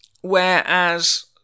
whereas